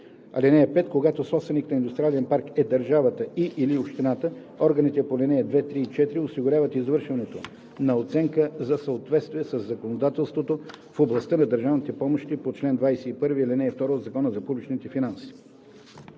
(5) Когато собственик на индустриален парк е държавата и/или община, органите по ал. 2, 3 и 4 осигуряват извършването на оценка за съответствие със законодателството в областта на държавните помощи по чл. 21, ал. 2 от Закона за публичните финанси.“